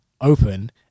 open